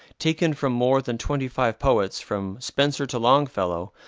taken from more than twenty-five poets, from spenser to longfellow,